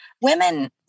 Women